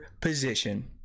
position